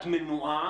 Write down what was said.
את מנועה